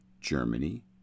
Germany